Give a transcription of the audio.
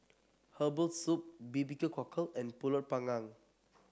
Herbal Soup B B Q Cockle and pulut Panggang